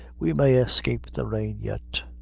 we may escape the rain yet.